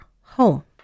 home